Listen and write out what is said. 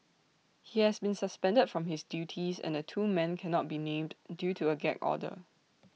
he has been suspended from his duties and the two men cannot be named due to A gag order